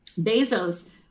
Bezos